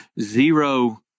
zero